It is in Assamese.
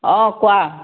অ কোৱা